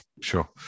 sure